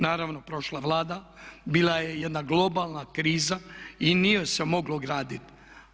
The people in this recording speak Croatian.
Naravno prošla Vlada bila je jedna globalna kriza i nije se moglo graditi.